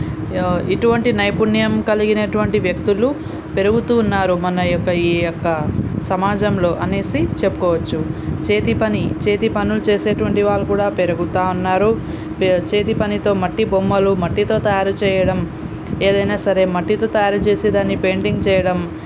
ఇటువంటి నైపుణ్యం కలిగినటువంటి వ్యక్తులు పెరుగుతూ ఉన్నారు మన యొక్క ఈ యొక్క సమాజంలో అనేసి చెప్పుకోవచ్చు చేతిపని చేతిపనులు చేసేటువంటి వాళ్ళు కూడా పెరుగుతూ ఉన్నారు చేతి పనితో మట్టి బొమ్మలు మట్టితో తయారు చేయడం ఏదైనా సరే మట్టితో తయారు చేసేదాన్ని పెయింటింగ్ చేయడం